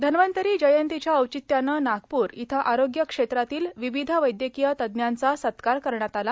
धन्वंतरी जयंतीच्या औचित्यानं नागपूर इथं आरोग्य क्षेत्रातील विविध वैद्यकीय तज्ञांचा सत्कार करण्यात आला